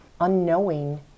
unknowing